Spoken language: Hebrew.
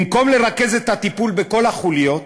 במקום לרכז את הטיפול בכל החוליות,